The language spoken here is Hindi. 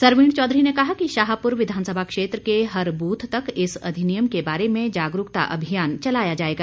सरवीण चौधरी ने कहा कि शाहपुर विधानसभा क्षेत्र के हर बूथ तक इस अधिनियम के बारे में जागरूकता अभियान चलाया जाएगा